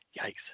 yikes